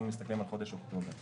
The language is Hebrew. אם מסתכלים על חודש דצמבר,